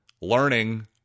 learning